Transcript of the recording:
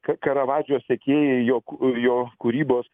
ka karavadžio sekėjai jo kū jo kūrybos